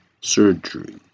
surgery